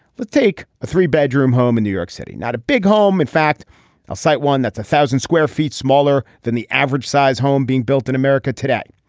let's take a three bedroom home in new york city. not a big home in fact i'll cite one that's a thousand square feet smaller than the average size home being built in america today.